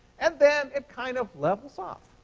and then it kind of levels off.